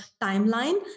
timeline